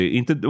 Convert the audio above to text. Inte